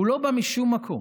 הוא לא בא משום מקום.